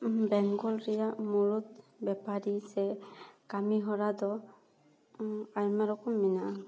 ᱵᱮᱝᱜᱚᱞ ᱨᱮᱭᱟᱜ ᱢᱩᱲᱩᱫ ᱵᱮᱯᱟᱨᱤ ᱥᱮ ᱠᱟᱹᱢᱤ ᱦᱚᱨᱟ ᱫᱚ ᱟᱭᱢᱟ ᱨᱚᱠᱚᱢ ᱢᱮᱱᱟᱜᱼᱟ